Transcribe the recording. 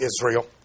Israel